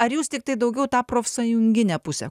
ar jūs tiktai daugiau tą profsąjunginę pusę